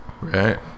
Right